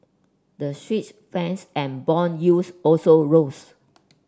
the Swiss France and bond yields also rose